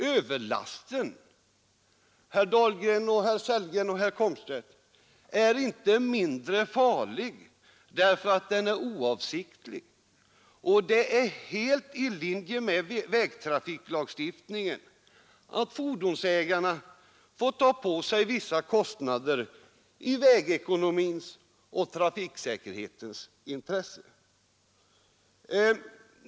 Överlasten, herr Dahlgren och herr Sellgren och herr Komstedt, är inte mindre farlig därför att den är oavsiktlig, och det är helt i linje med vägtrafiklagstiftningen att fordonsägarna får ta på sig vissa kostnader i vägekonomins och trafiksäkerhetens intresse.